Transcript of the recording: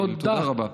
תודה רבה.